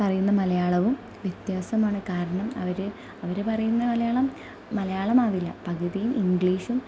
പറയുന്ന മലയാളവും വ്യത്യാസമാണ് കാരണം അവർ അവർ പറയുന്ന മലയാളം മലയാളമാകില്ല പകുതിയും ഇംഗ്ലീഷും